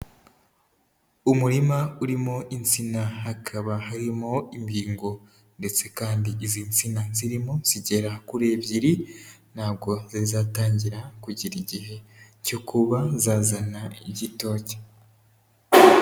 Umurima urimo insina, hakaba harimo imbingo ndetse kandi izi nsina zirimo zigera kuri ebyiri ntabwo zari zatangira kugera igihe cyo kuba zazana igitoki.